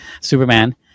Superman